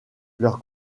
leur